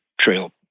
trail